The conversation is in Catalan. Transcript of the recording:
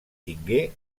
tingué